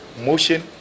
motion